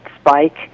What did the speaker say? spike